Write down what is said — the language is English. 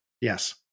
Yes